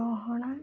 ଗହଣା